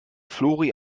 flori